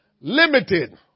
limited